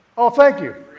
ah thank you.